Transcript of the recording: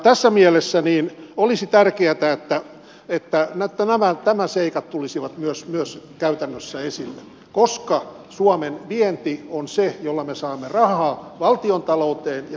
tässä mielessä olisi tärkeätä että nämä seikat tulisivat myös käytännössä esille koska suomen vienti on se jolla me saamme rahaa valtiontalouteen ja kuntien talouteen